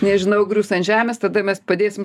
nežinau grius ant žemės tada mes padėsim